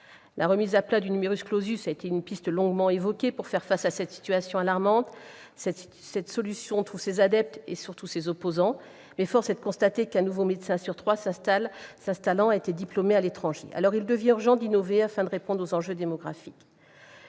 La remise à plat du a été une piste longuement évoquée pour faire face à cette situation alarmante. Cette solution a ses adeptes et, surtout, ses opposants, mais force est de constater que, sur trois médecins qui s'installent, un a été diplômé à l'étranger. Aussi, il devient urgent d'innover afin de répondre aux enjeux démographiques.